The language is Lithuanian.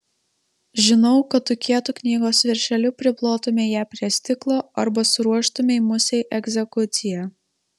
žinau kad tu kietu knygos viršeliu priplotumei ją prie stiklo arba suruoštumei musei egzekuciją